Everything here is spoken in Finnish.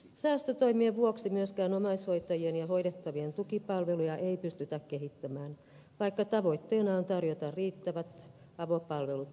säästötoimien vuoksi myöskään omaishoitajien ja hoidettavien tukipalveluja ei pystytä kehittämään vaikka tavoitteena on tarjota riittävät avopalvelut ikäihmisille